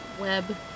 web